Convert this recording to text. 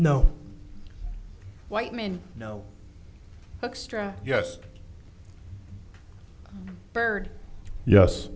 no whiteman no extra yes bird yes